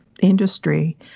industry